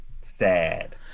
Sad